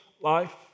life